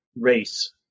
race